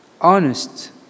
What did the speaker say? honest